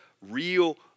real